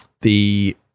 the-